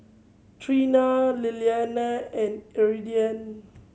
Treena Lilyana and Iridian